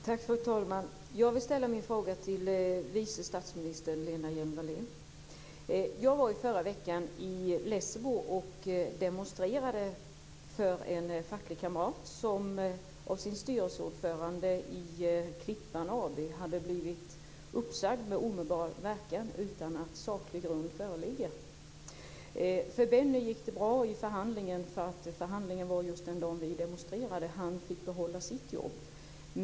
Fru talman! Jag vill ställa min fråga till vice statsminister Lena Hjelm-Wallén. Jag var i förra veckan i Lessebo och demonstrerade för en facklig kamrat som av styrelseordföranden i Klippan AB Förhandlingen gick bra för Benny, för den dagen var vi där och demonstrerade. Han fick behålla sitt jobb.